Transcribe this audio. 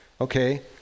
Okay